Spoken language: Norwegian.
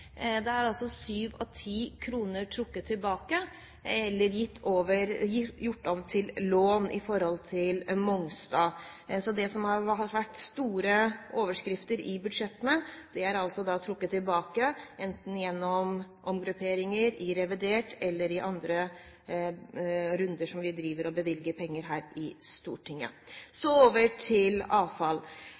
er altså 7 av 10 kr trukket tilbake eller gjort om til lån i forhold til Mongstad. Så det som har vært store overskrifter i budsjettene, er trukket tilbake, enten gjennom omgrupperinger i revidert budsjett eller i andre runder der vi bevilger penger her i Stortinget. Så over til avfall.